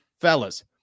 Fellas